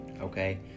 okay